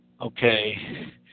Okay